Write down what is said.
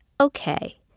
okay